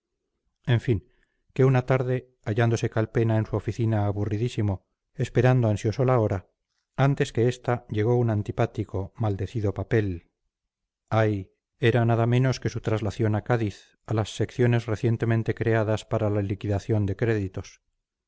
en fin que una tarde hallándose calpena en su oficina aburridísimo esperando ansioso la hora antes que esta llegó un antipático maldecido papel ay era nada menos que su traslación a cádiz a las secciones recientemente creadas para la liquidación de créditos